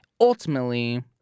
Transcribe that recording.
ultimately